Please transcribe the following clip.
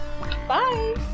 Bye